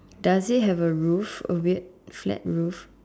does it have a roof a weird flat roof